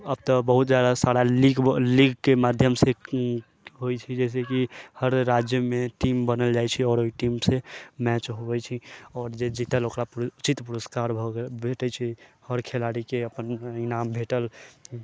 अब तऽ बहुत जादा सारा लीग लीगके माध्यमसँ होइ छै जैसेकि हर राज्यमे टीम बनल जाइ छै आओर ओइ टीमसँ मैच होबै छै आओर जे जीतल ओकरा उचित पुरस्कार भऽ गेल भेटै छै हर खेल खेलाड़ीके अपन इनाम भेटल